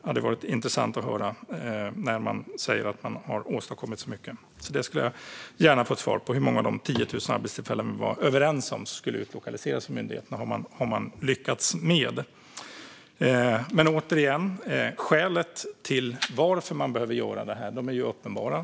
Det hade varit intressant att höra, när man säger att man har åstadkommit så mycket. Det skulle jag gärna vilja få ett svar på. Hur många av de 10 000 arbetstillfällen som vi var överens om skulle utlokaliseras till myndigheterna har man lyckats med? Återigen: Skälen till att man behöver göra det här är uppenbara.